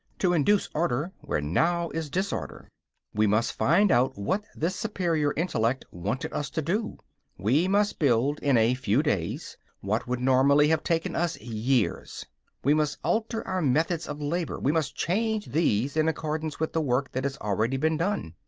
to induce order where now is disorder we must find out what this superior intellect wanted us to do we must build in a few days what would normally have taken us years we must alter our methods of labor, we must change these in accordance with the work that has already been done.